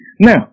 Now